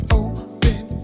open